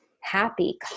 happy